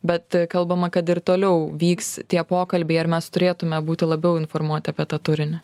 bet kalbama kad ir toliau vyks tie pokalbiai ar mes turėtume būti labiau informuoti apie tą turinį